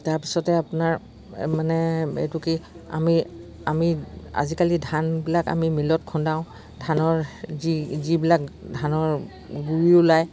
তাৰপিছতে আপোনাৰ মানে এইটো কি আমি আমি আজিকালি ধানবিলাক আমি মিলত খুন্দাওঁ ধানৰ যি যিবিলাক ধানৰ গুড়ি ওলায়